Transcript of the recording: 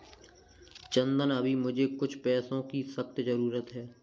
चंदन अभी मुझे कुछ पैसों की सख्त जरूरत है